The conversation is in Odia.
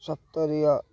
ସ୍ତରୀୟ